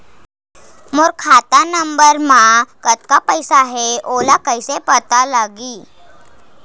मोर खाता नंबर मा कतका पईसा हे ओला कइसे पता लगी?